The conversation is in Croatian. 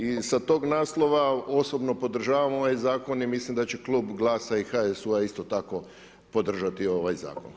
I sa tog naslova osobno podržavam ovaj zakon i mislim da će klub GLAS-a i HSU-a isto tako podržati ovaj zakon.